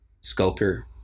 skulker